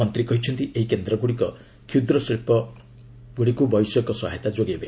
ମନ୍ତ୍ରୀ କହିଛନ୍ତି ଏହି କେନ୍ଦ୍ରଗୁଡିକ କ୍ଷୁଦ୍ର ଶିଳ୍ପଗୁଡିକୁ ବୈଷୟିକ ସହାୟତା ଯୋଗାଇବ